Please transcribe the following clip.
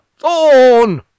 Thorn